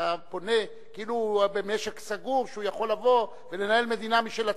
אתה פונה כאילו הוא במשק סגור שהוא יכול לבוא ולנהל מדינה משל עצמו.